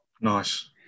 Nice